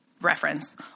reference